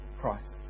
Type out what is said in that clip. Christ